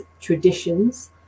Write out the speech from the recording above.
traditions